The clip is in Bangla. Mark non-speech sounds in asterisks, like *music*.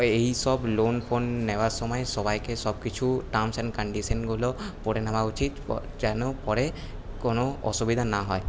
এই সব লোন ফোন নেওয়ার সময় সবাইকে সব কিছু টার্মস এন্ড কন্ডিশনগুলো পড়ে নেওয়া উচিৎ *unintelligible* যেন পরে কোনো অসুবিধা না হয়